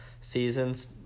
seasons